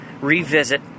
revisit